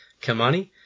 Kamani